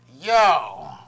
Yo